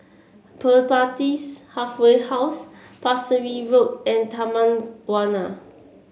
Pertapis Halfway House Pasir Ris Road and Taman Warna